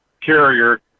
carrier